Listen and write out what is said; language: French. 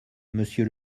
monsieur